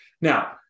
Now